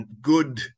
good